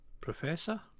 Professor